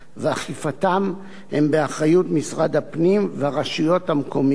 לאנשים עם מוגבלות ואכיפתם הם באחריות משרד הפנים והרשויות המקומיות.